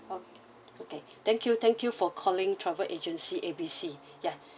o~ okay thank you thank you for calling travel agency A B C yeah